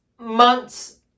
months